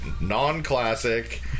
non-classic